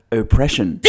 oppression